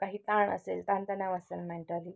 काही ताण असेल ताणतणाव असेल मेंटली